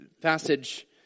passage